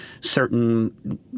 certain